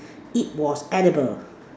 it was edible